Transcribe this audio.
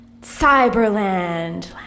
Cyberland